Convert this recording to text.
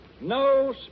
no